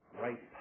right